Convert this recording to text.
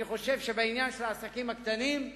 אני חושב שבעניין של העסקים הקטנים,